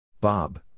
Bob